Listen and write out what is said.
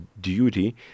duty